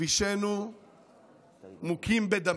כבישינו מוכים בדמים,